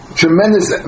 tremendous